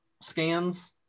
scans